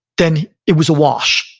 then it was a wash.